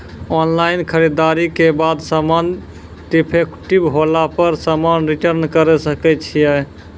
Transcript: Online खरीददारी के बाद समान डिफेक्टिव होला पर समान रिटर्न्स करे सकय छियै?